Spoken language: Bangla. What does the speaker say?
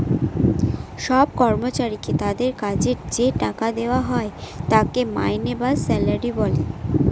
সব কর্মচারীকে তাদের কাজের যে টাকা দেওয়া হয় তাকে মাইনে বা স্যালারি বলে